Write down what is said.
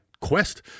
quest